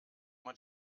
man